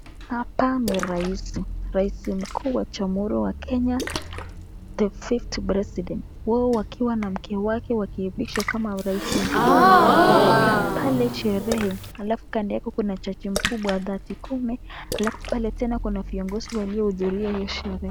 Hapa ni rais. Rais mkuu wa jamhuri wa Kenya the fifth president . Wao wakiwa na mke wake wakivishwa kama rais mkuu katika pale sherehe. Halafu kando yako kuna jaji mkubwa Martha Koome, alafu pale tena kuna viongozi waliohudhuria hiyo sherehe.